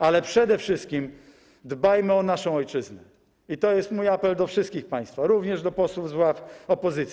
Ale przede wszystkim dbajmy o naszą ojczyznę, i to jest mój apel do wszystkich państwa, również do posłów z ław opozycji.